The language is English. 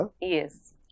yes